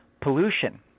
pollution